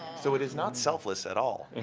so it is not selfless at all! it's